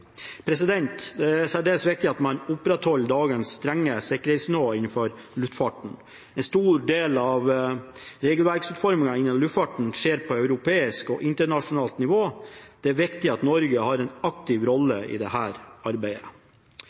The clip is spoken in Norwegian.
Det er særdeles viktig at man opprettholder dagens strenge sikkerhetsnivå innenfor luftfarten. En stor del av regelverksutformingen innen luftfart skjer på europeisk og internasjonalt nivå, og det er viktig at Norge har en aktiv rolle i dette arbeidet.